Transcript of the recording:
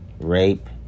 Rape